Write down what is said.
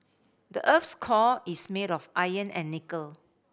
the earth's core is made of iron and nickel